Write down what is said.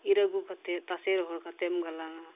ᱤᱨ ᱟᱹᱜᱩ ᱠᱟᱛᱮᱫ ᱛᱟᱥᱮ ᱨᱚᱦᱚᱲ ᱠᱟᱛᱮᱢ ᱜᱟᱞᱟᱝᱼᱟ